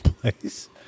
place